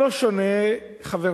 מעמדו, שונה או לא שונה, חברי,